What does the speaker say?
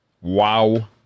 Wow